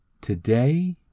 Today